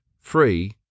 free